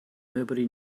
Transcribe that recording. nobody